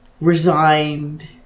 resigned